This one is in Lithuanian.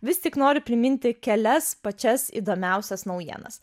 vis tik noriu priminti kelias pačias įdomiausias naujienas